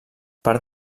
part